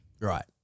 Right